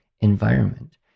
environment